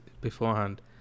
beforehand